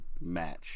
match